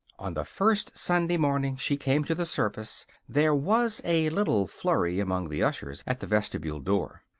on the first sunday morning she came to the service there was a little flurry among the ushers at the vestibule door.